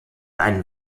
einen